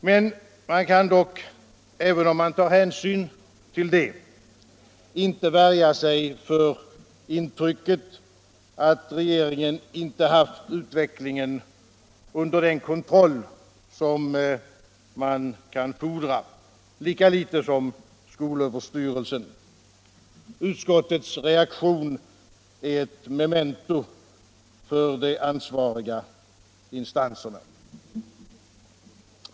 Men man kan dock, även om man tar hänsyn till detta, inte värja sig för intrycket att regeringen inte haft utvecklingen under den kontroll som man kan fordra. Detta gäller i lika hög grad skolöverstyrelsen. Utskottets reaktion är ett memento för de ansvariga instanserna.